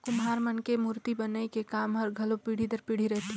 कुम्हार मन के मूरती बनई के काम हर घलो पीढ़ी दर पीढ़ी रहथे